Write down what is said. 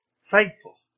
faithful